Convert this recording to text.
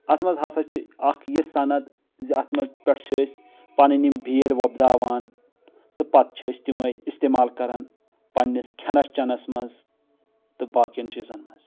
اتھ منٛز ہسا چھِ اکھ یہِ صنٛد زِ اتھ منٛز پٮ۪ٹھ چھِ أسۍ پنٕنۍ یِم بیلۍ وۄبداوان تہٕ پتہٕ چھِ أسۍ تِمے استعمال کرن پننِس کھٮ۪نس چٮ۪نس منٛز تہٕ باقی ین چیٖزن منٛز